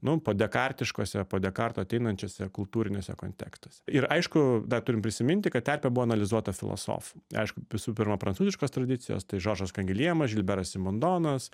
nu podekariškose po dekarto ateinančiuose kultūriniuose kontekstuose ir aišku dar turim prisiminti kad terpė buvo analizuota filosofų aišku visų pirma prancūziškos tradicijos tai žoržas kangijemas žilberas simondonas